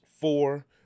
four